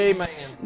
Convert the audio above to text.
Amen